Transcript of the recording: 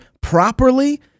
properly